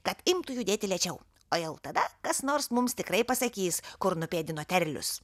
kad imtų judėti lėčiau o jau tada kas nors mums tikrai pasakys kur nupėdino terlius